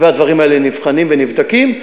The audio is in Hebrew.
והדברים האלה נבחנים ונבדקים.